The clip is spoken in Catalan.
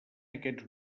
aquests